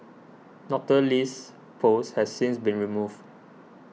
Doctor Lee's post has since been removed